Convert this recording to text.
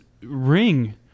ring